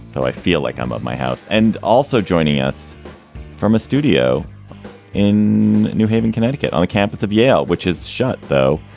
i feel like i'm at my house. and also joining us from a studio in new haven, connecticut, on the campus of yale, which is shut, though,